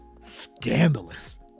scandalous